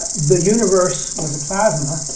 the universe was a plasma,